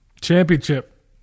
Championship